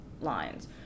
lines